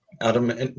Adam